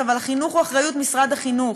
אבל החינוך הוא אחריות משרד החינוך,